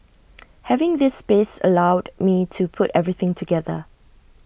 having this space allowed me to put everything together